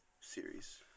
series